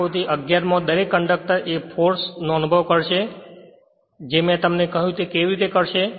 આકૃતિ 11 માં દરેક કંડક્ટર એક ફોર્સ નો અનુભવ કરશે જે મેં તમને કહ્યું કે તે કેવી રીતે અનુભવશે